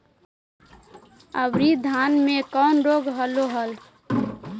अबरि धाना मे कौन रोग हलो हल?